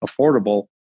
affordable